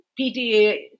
PDA